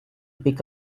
pick